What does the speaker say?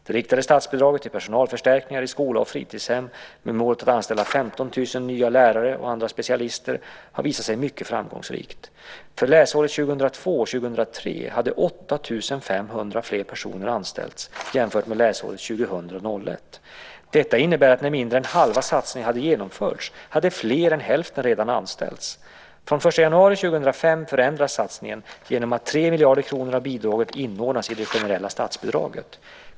Det riktade statsbidraget till personalförstärkning i skola och fritidshem, med målet att anställa 15 000 nya lärare och andra specialister, har visat sig mycket framgångsrikt. För läsåret 2002 01. Detta innebär att när mindre än halva satsningen hade genomförts hade fler än hälften redan anställts. Från den 1 januari 2005 förändras satsningen genom att 3 miljarder kronor av bidraget inordnas i det generella statsbidraget.